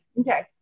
Okay